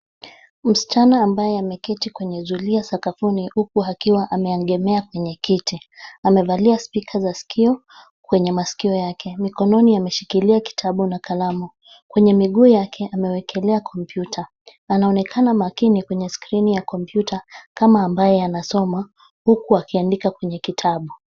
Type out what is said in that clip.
Msichana ambaye ameketi kwenye zulia sakafuni huku akiwa ameegemea kwenye kiti. Amevalia spika za sikio, kwenye masikio yake. Mikononi ameshikilia kitabu na kalamu. Kwenye miguu yake, amewekelea kompyuta. Anaonekana makini kwenye skrini ya kompyuta, kama ambaye anasoma, huku akiandika kwenye kitabu.